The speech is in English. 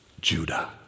Judah